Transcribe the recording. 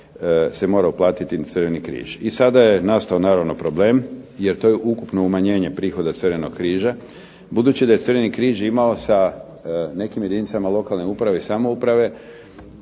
se mora uplatiti u Crveni križ. I sada je nastao naravno problem jer to je ukupno umanjenje prihoda Crvenog križa, budući da je Crveni križ imao sa nekim jedinicama lokalne uprave i samouprave